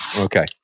Okay